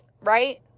right